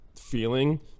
feeling